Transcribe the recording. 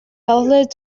outlet